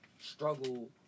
struggle